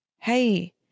Hey